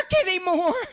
anymore